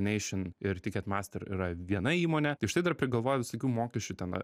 nation ir tiket master yra viena įmonė tai štai dar prigalvoja visokių mokesčių ten